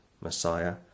messiah